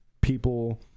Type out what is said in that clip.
people